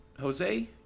Jose